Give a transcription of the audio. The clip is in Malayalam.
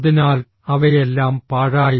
അതിനാൽ അവയെല്ലാം പാഴായി